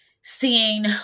seeing